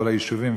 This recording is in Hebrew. כל היישובים,